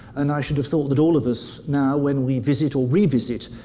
and i should have thought that all of us now, when we visit, or revisit,